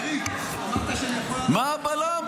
יריב, אמרת שאני יכול לענות --- מה הבלם?